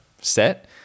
set